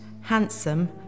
handsome